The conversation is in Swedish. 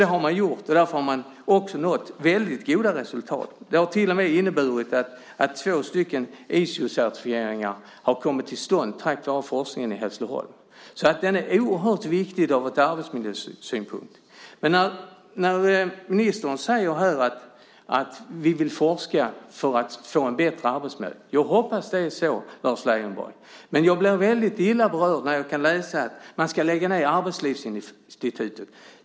Det har man gjort. Därför har man också nått väldigt goda resultat. Det har till och med inneburit att två ISO-certifieringar har kommit till stånd tack vare forskningen i Hässleholm. Den är oerhört viktig ur arbetsmiljösynpunkt. Ministern säger här: Vi vill forska för att få en bättre arbetsmiljö. Jag hoppas att det är så, Lars Leijonborg. Men jag blir väldigt illa berörd när jag kan läsa att man ska lägga ned Arbetslivsinstitutet.